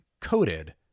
coated